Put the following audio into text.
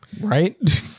Right